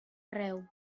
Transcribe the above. arreu